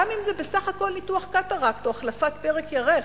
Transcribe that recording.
גם אם זה בסך הכול ניתוח קטרקט או החלפת פרק ירך,